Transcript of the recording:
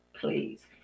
please